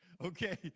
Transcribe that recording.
Okay